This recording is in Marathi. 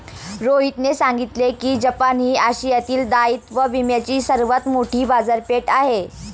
रोहितने सांगितले की जपान ही आशियातील दायित्व विम्याची सर्वात मोठी बाजारपेठ आहे